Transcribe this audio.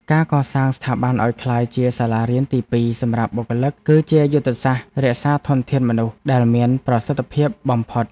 ការកសាងស្ថាប័នឱ្យក្លាយជាសាលារៀនទីពីរសម្រាប់បុគ្គលិក គឺជាយុទ្ធសាស្ត្ររក្សាធនធានមនុស្សដែលមានប្រសិទ្ធភាពបំផុត។